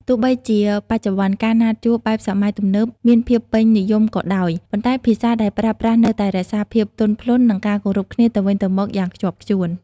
ទោះបីជាបច្ចុប្បន្ន ការណាត់ជួបបែបសម័យទំនើបមានភាពពេញនិយមក៏ដោយ ប៉ុន្តែភាសាដែលប្រើប្រាស់នៅតែរក្សាភាពទន់ភ្លន់ និងការគោរពគ្នាទៅវិញទៅមកយ៉ាងខ្ជាប់ខ្ជួន។